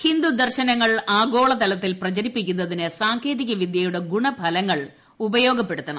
ഹിന്ദു ദർശനങ്ങൾ ആഗോളതലത്തിൽ പ്രചരിപ്പിക്കുന്നതിന് സാങ്കേതിക വിദ്യയുടെ ഗുണഫലങ്ങൾ ഉപയോഗപ്പെടുത്തണം